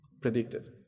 predicted